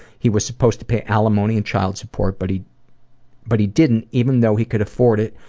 he was supposed to pay alimony and child support, but he but he didn't, even though he could afford it,